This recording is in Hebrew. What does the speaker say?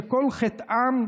שכל חטאם,